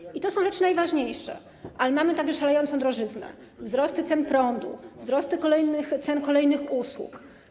I to są rzeczy najważniejsze, ale mamy także szalejącą drożyznę, wzrosty cen prądu, wzrosty cen kolejnych usług.